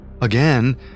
Again